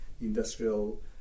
industrial